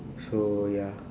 so ya